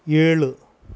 ஏழு